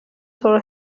تورو